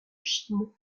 chine